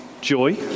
Joy